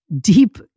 deep